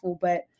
But-